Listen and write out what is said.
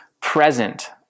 present